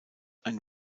ein